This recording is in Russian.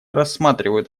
рассматривают